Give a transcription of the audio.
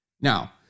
Now